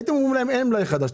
הייתם אומרים להם שאין מלאי חדש.